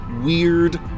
weird